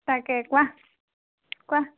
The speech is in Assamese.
তাকে কোৱা কোৱা